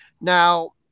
Now